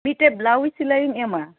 ᱢᱤᱫᱴᱮᱱ ᱵᱞᱟᱣᱩᱡ ᱥᱤᱞᱟᱹᱭ ᱤᱧ ᱮᱢᱟ